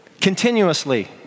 continuously